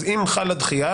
אז אם חלה דחייה,